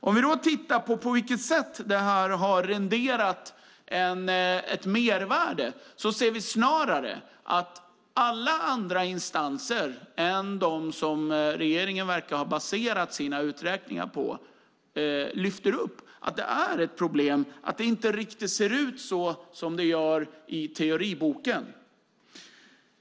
Om vi då tittar på vilket sätt detta har renderat ett mervärde på ser vi snarare att alla andra instanser än dem regeringen verkar ha baserat sina uträkningar på lyfter upp att det är ett problem att det inte riktigt ser ut så som det gör i teoriboken.